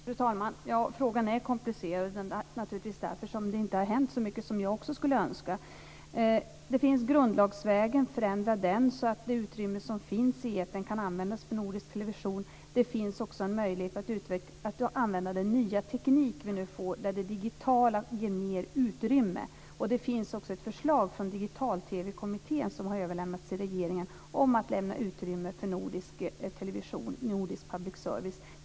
Fru talman! Ja, frågan är komplicerad, och det är naturligtvis därför det inte har hänt så mycket som också jag skulle önska. Man kan gå grundlagsvägen och förändra den så att det utrymme som finns i etern kan användas för nordisk television. Det finns också en möjlighet att använda den nya teknik vi nu får där det digitala ger mer utrymme. Det finns också ett förslag från Digital TV-kommittén som har överlämnats till regeringen om att lämna utrymme för nordisk television, nordisk public service.